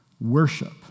worship